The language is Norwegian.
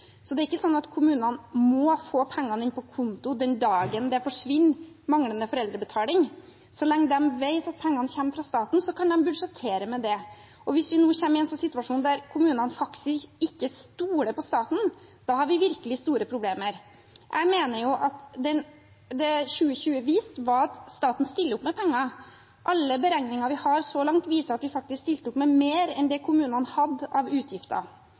så det er ikke slik at kommunene må få pengene inn på konto den dagen foreldrebetalingen forsvinner. Så lenge de vet at pengene kommer fra staten, kan de budsjettere med det. Og hvis vi nå kommer i en situasjon der kommunene faktisk ikke stoler på staten, da har vi virkelig store problemer. Jeg mener at det 2020 viste, var at staten stiller opp med penger. Alle beregninger vi har så langt, viser at vi faktisk stilte opp med mer enn det kommunene hadde av utgifter.